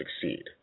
succeed